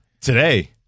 Today